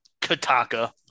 Kataka